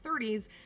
30s